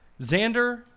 Xander